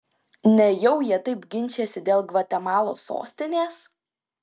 nejau jie taip ginčijasi dėl gvatemalos sostinės